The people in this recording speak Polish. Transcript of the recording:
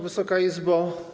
Wysoka Izbo!